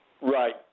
Right